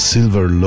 Silver